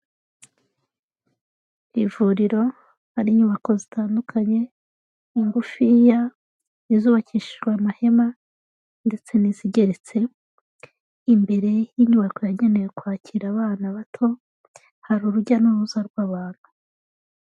Ivuriro, hari inyubako zitandukanye, ingufiya, izubakishijwe amahema, ndetse n'izigeretse, imbere y'inyubako yagenewe kwakira abana bato, hari urujya n'uruza rw'abantu.